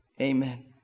Amen